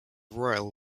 royal